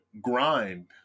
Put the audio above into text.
grind